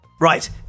Right